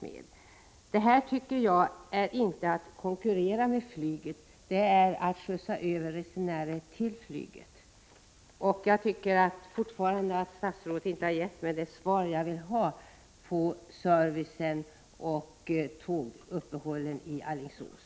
Jag tycker inte att det här är att konkurrera med flyget, det är att skjutsa över resenärer till flyget. Jag anser fortfarande att statsrådet inte har gett mig det svar jag vill ha när det gäller servicen och tåguppehållen i Alingsås.